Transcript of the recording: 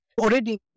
Already